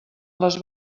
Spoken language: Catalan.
les